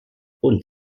und